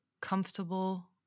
comfortable